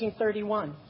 1931